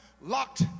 locked